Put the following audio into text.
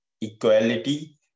equality